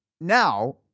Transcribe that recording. now